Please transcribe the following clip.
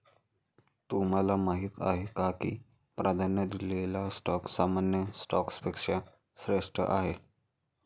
तुम्हाला माहीत आहे का की प्राधान्य दिलेला स्टॉक सामान्य स्टॉकपेक्षा श्रेष्ठ आहे?